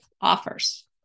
offers